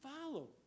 follow